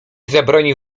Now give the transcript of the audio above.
zabroni